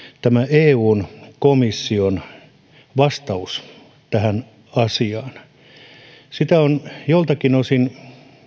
eun komission vastauksesta tähän asiaan sitä on joiltakin osin